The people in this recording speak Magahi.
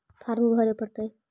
फार्म भरे परतय?